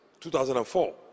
2004